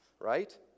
right